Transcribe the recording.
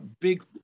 Big